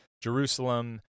Jerusalem